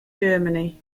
germany